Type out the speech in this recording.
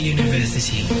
University